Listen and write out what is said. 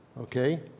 Okay